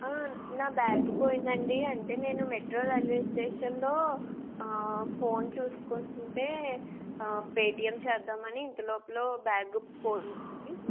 నా బ్యాగ్ పోయిందండి అంటే నేను మెట్రో రైల్వే స్టేషన్లో ఫోన్ చూసుకుంటుంటే పేటియం చేద్దామని ఇంతలోపల బ్యాగు పోయింది